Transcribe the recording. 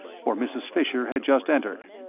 for mrs. fisher had just entered.